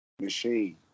machine